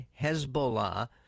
Hezbollah